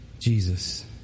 Jesus